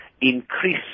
increase